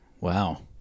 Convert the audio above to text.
Wow